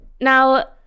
Now